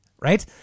right